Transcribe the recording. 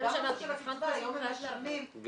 גם